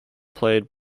played